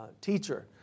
teacher